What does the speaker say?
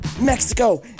Mexico